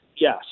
Yes